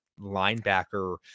linebacker